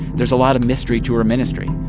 there's a lot of mystery to her ministry.